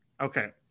Okay